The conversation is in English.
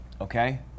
Okay